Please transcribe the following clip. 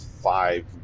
five